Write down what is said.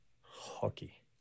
Hockey